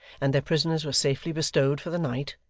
and their prisoners were safely bestowed for the night,